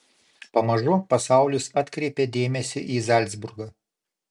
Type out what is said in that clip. pamažu pasaulis atkreipė dėmesį į zalcburgą